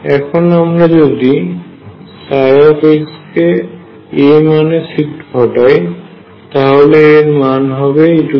এখন আমরা যদি ψ কে a এর মানে শিফট ঘটায় তাহলে এর মান হবে eikax